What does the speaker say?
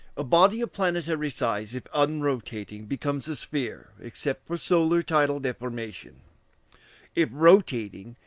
a body of planetary size, if unrotating, becomes a sphere, except for solar tidal deformation if rotating,